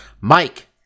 Mike